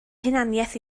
hunaniaeth